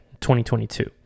2022